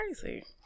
crazy